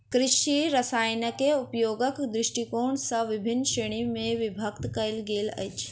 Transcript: कृषि रसायनकेँ उपयोगक दृष्टिकोण सॅ विभिन्न श्रेणी मे विभक्त कयल गेल अछि